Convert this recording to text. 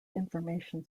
information